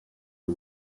the